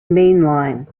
mainline